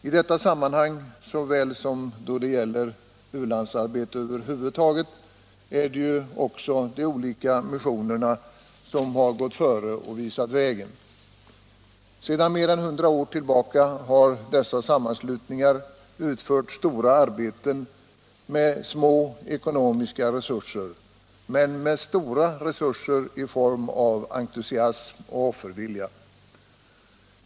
I detta sammanhang liksom då det gäller u-landsarbete över huvud taget har de olika missionerna dessutom gått före och visat vägen. Sedan mer än 100 år tillbaka har dessa sammanslutningar utfört stora arbeten med små ekonomiska resurser, men med stora resurser i form av entusiasm och offervilja.